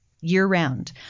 Year-round